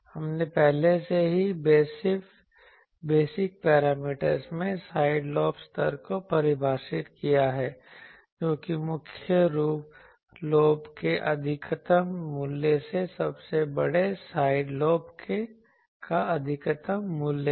हमने पहले से ही बेसिक पैरामीटर में साइड लोब स्तर को परिभाषित किया है जो कि मुख्य लोब के अधिकतम मूल्य से सबसे बड़े साइड लोब का अधिकतम मूल्य है